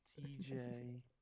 TJ